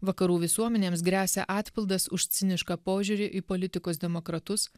vakarų visuomenėms gresia atpildas už cinišką požiūrį į politikos demokratus